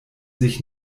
sich